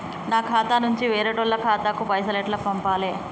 నా ఖాతా నుంచి వేరేటోళ్ల ఖాతాకు పైసలు ఎట్ల పంపాలే?